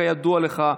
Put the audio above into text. כידוע לך,